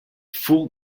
full